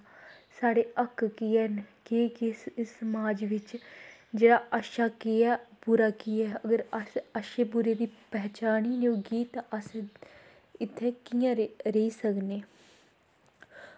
साढ़े हक्क केह् न केह् केह् समाज बिच्च जेह्ड़ा अच्छा केह् ऐ बुरा केह् ऐ अगर असें गी अच्छे बुरे दी पन्छान गै निं होगी तां अस इत्थै कि'यां रेही सकनें